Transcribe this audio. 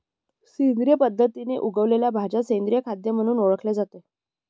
सेंद्रिय पद्धतीने उगवलेल्या भाज्या सेंद्रिय खाद्य म्हणून ओळखले जाते